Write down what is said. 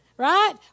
Right